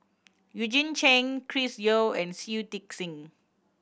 Eugene Chen Chris Yeo and Shui Tit Sing